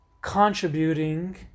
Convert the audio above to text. contributing